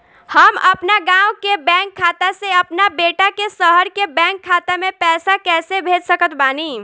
हम अपना गाँव के बैंक खाता से अपना बेटा के शहर के बैंक खाता मे पैसा कैसे भेज सकत बानी?